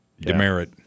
Demerit